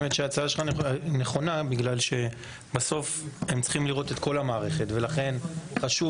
שההצעה שלך נכונה בגלל שבסוף הם צריכים לראות את כל המערכת ולכן חשוב